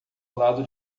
lado